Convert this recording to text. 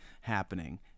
happening